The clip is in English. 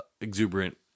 exuberant